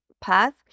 path